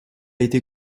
été